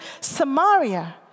Samaria